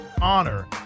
honor